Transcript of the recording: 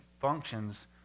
functions